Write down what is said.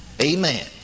Amen